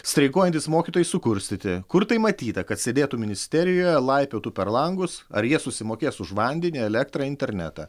streikuojantys mokytojai sukurstyti kur tai matyta kad sėdėtų ministerijoje laipiotų per langus ar jie susimokės už vandenį elektrą internetą